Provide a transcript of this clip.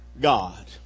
God